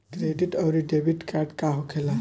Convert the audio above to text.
Credit आउरी debit card का होखेला?